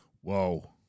whoa